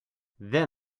then